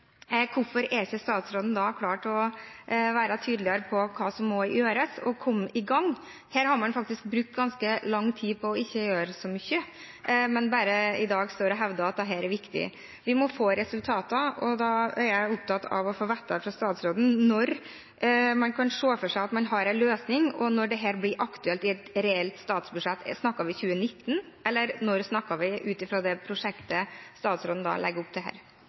Hvorfor er ikke statsråden tydeligere på hva som må gjøres for å komme i gang? Her har man faktisk brukt ganske lang tid på ikke å gjøre så mye, men man står her i dag og hevder at dette er viktig. Vi må få resultater, og da er jeg opptatt av å få vite fra statsråden: Når kan man se for seg at man har en løsning, og når blir dette aktuelt i et reelt statsbudsjett? Snakker vi om 2019, eller når snakker vi om, ut fra det prosjektet statsråden legger opp til her?